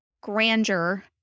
grandeur